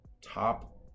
top